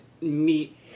meet